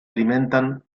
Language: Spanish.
alimentan